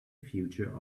future